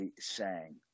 sang